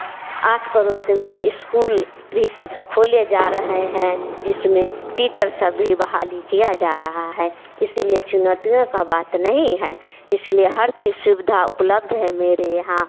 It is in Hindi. आस पड़ोसी में इस्कूल भी सब खोले जा रहें हैं जिसमें टीचर सब भी बहाली किया जा रहा है इसीलिए चुनौतियों का बात नहीं है इसलिए हर ची सुविधा उपलब्ध है मेरे यहाँ